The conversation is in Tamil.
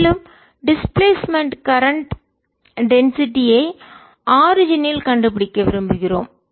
மேலும் டிஸ்பிளேஸ்மென்ட் இடப்பெயர்ச்சி கரண்ட் மின்னோட்டம்டென்சிட்டி அடர்த்தி யை ஆரிஜின் தோற்றம்ல் கண்டுபிடிக்க விரும்புகிறோம்